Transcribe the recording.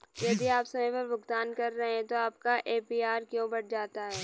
यदि आप समय पर भुगतान कर रहे हैं तो आपका ए.पी.आर क्यों बढ़ जाता है?